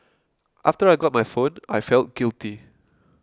after I got my phone I felt guilty